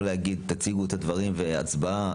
לא להגיד: תציגו את הדברים והצבעה,